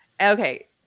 okay